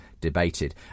debated